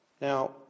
Now